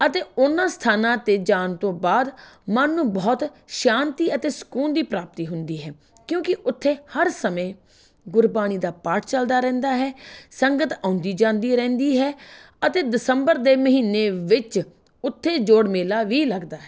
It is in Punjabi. ਅਤੇ ਉਹਨਾਂ ਸਥਾਨਾਂ 'ਤੇ ਜਾਣ ਤੋਂ ਬਾਅਦ ਮਨ ਨੂੰ ਬਹੁਤ ਸ਼ਾਂਤੀ ਅਤੇ ਸਕੂਨ ਦੀ ਪ੍ਰਾਪਤੀ ਹੁੰਦੀ ਹੈ ਕਿਉਂਕਿ ਉੱਥੇ ਹਰ ਸਮੇਂ ਗੁਰਬਾਣੀ ਦਾ ਪਾਠ ਚੱਲਦਾ ਰਹਿੰਦਾ ਹੈ ਸੰਗਤ ਆਉਂਦੀ ਜਾਂਦੀ ਰਹਿੰਦੀ ਹੈ ਅਤੇ ਦਸੰਬਰ ਦੇ ਮਹੀਨੇ ਵਿੱਚ ਉੱਥੇ ਜੋੜ ਮੇਲਾ ਵੀ ਲੱਗਦਾ ਹੈ